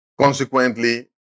consequently